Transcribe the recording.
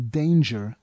danger